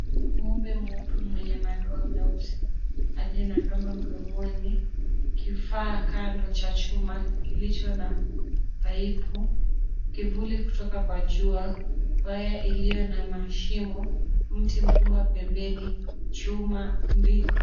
Ng'ombe mweupe mwenye madoa meusi aliye na kamba mdomoni, kifaa kando cha chuma kilicho na paipu. Kivuli kutoka kwa jua, waya iliyo na mashimo, mti mkubwa pembeni chuma mbili.